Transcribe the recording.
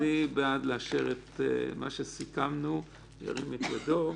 מי בעד לאשר את מה שסיכמנו, ירים את ידו.